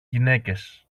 γυναίκες